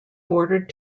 bordered